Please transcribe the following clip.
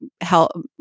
help